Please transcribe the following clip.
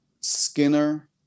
Skinner